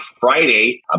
Friday